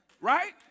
Right